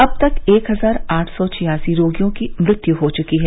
अब तक एक हजार आठ सौ छियासी रोगियों की मृत्यु हुई है